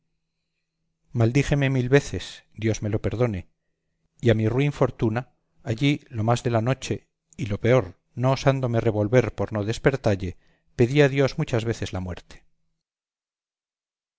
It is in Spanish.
maldíjeme mil veces dios me lo perdone y a mi ruin fortuna allí lo más de la noche y lo peor no osándome revolver por no despertalle pedí a dios muchas veces la muerte